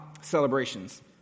celebrations